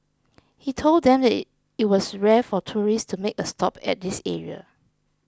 he told them that it was rare for tourists to make a stop at this area